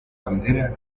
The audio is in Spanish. bandera